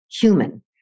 human